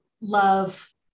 love